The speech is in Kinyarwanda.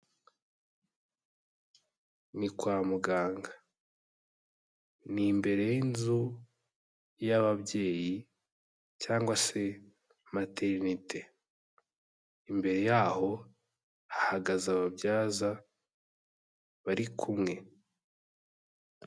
Ni kwa muganga ni imbere y'inzu y'ababyeyi cyangwa se materinete, imbere yaho hahagaze ababyaza bari kumwe.